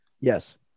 Yes